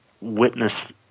Witness